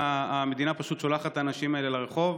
והמדינה פשוט שולחת את האנשים האלה לרחוב.